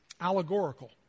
allegorical